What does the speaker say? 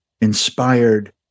inspired